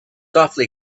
awfully